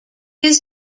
his